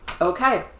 Okay